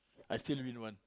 I still win one